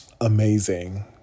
amazing